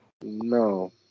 No